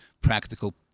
practical